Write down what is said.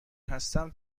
هستم